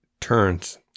turns